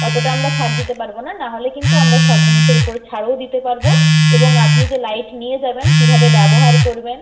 অতটা আমরা ছাড় দিতে পারব না না হলে কিন্তু আমরা সব জিনিসের উপর ছাড়ও দিতে পারব এবং আপনি যে লাইট নিয়ে যাবেন কীভাবে ব্যবহার করবেন